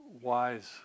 wise